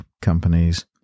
companies